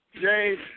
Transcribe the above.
James